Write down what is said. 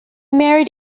married